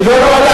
לא לא,